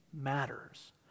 matters